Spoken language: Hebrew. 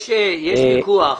יש ויכוח.